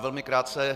Velmi krátce.